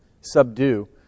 subdue